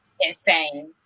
insane